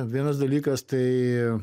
vienas dalykas tai